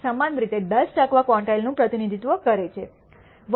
679 સમાન રીતે 10 ટકા ક્વોન્ટાઇલનું પ્રતિનિધિત્વ કરે છે 1